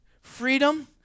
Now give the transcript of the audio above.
Freedom